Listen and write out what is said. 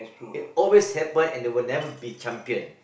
it always happen and they will never be champion